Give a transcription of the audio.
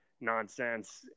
nonsense